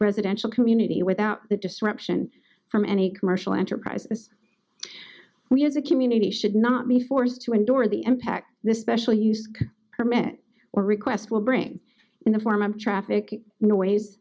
residential community without the disruption from any commercial enterprise we as a community should not be forced to endure the impact the special use permit or request will bring in the form of traffic